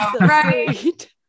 Right